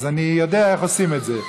אז אני יודע איך עושים את זה.